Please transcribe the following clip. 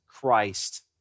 Christ